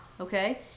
okay